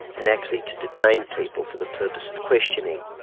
and actually to detain people for the purpose of questioning.